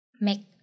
make